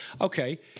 okay